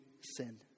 sin